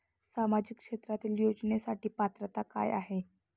सामाजिक क्षेत्रांतील योजनेसाठी पात्रता काय आहे?